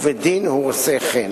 ובדין הוא עושה כן.